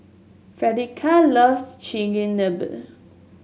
Fredericka loves Chigenabe